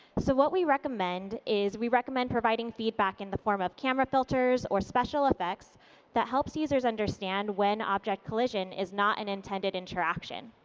so what we recommend is we recommend providing feedback in the form of camera filters or special effects that helps users understand when object collision is not an intended interaction.